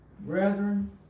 Brethren